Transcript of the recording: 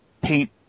paint –